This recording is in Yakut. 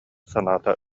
санаата